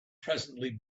presently